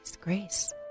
Grace